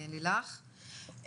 לילך,